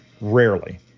rarely